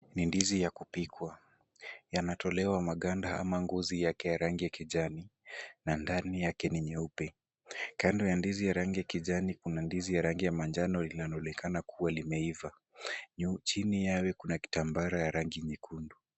Ni ndizi ya kupikwa. Zinatolewa maganda ama ngozi ya ke ya rangi ya kijani na nadni yake ni nyeupe. Kando ya ndizi ya rangi ya kijani kuna ndizi ya rangi ya manjano inayoonekana kuwa imeiva. Chini yake kuna kitambara cha rangi nyekundu.